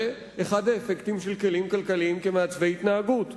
זה אחד האפקטים של כלים כלכליים כמעצבי התנהגות.